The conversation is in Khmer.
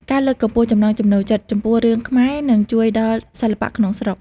ការលើកកម្ពស់ចំណង់ចំណូលចិត្តចំពោះរឿងខ្មែរនឹងជួយដល់សិល្បៈក្នុងស្រុក។